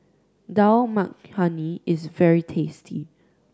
Dal Makhani is very tasty